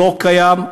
לא קיים.